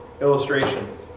Illustration